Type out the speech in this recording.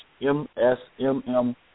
MSMM